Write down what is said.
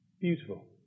beautiful